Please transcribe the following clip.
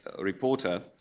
Reporter